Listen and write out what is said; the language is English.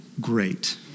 great